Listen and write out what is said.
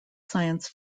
science